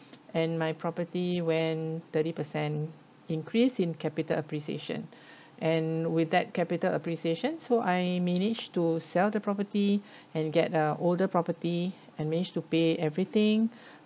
and my property went thirty percent increase in capital appreciation and with that capital appreciation so I managed to sell the property and get a older property and managed to pay everything